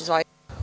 Izvolite.